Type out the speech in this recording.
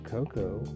Cocoa